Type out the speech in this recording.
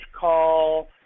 call